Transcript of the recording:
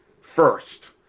first